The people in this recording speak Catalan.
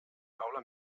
paula